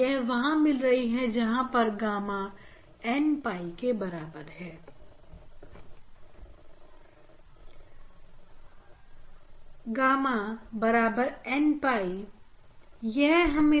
यह वहां मिल रही है जहां पर गाना n 𝝿 गामा बराबर n 𝝿 मतलब गामा बराबर n 𝝿